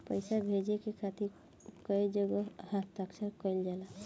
पैसा भेजे के खातिर कै जगह हस्ताक्षर कैइल जाला?